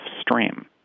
Stream